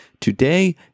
Today